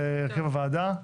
זה הרכב הוועדה.